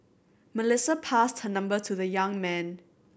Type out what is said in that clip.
Melissa passed her number to the young man